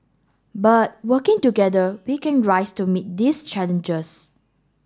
but working together we can rise to meet these challenges